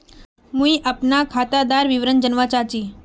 मुई अपना खातादार विवरण जानवा चाहची?